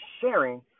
sharing